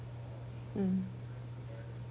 mm